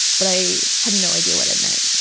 but i had no idea what it meant.